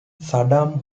saddam